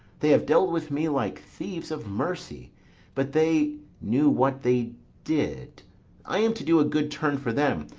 they have dealt with me like thieves of mercy but they knew what they did i am to do a good turn for them.